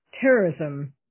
terrorism